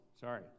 sorry